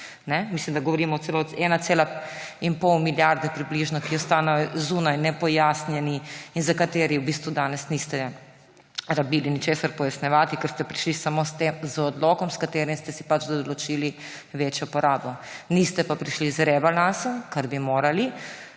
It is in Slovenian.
mislim, da govorimo celo o približno 1,5 milijarde, ki je ostala zunaj, nepojasnjena in za katero vam v bistvu danes ni bilo treba ničesar pojasnjevati, ker ste prišli samo z odlokom, s katerim ste si pač določili večjo porabo. Niste pa prišli z rebalansom, kar bi morali,